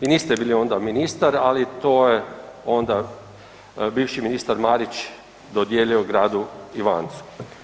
I niste bili onda ministar ali to je onda bivši ministar Marić dodijeli gradu Ivancu.